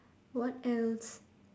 what else